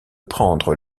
prendre